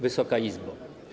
Wysoka Izbo!